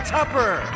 Tupper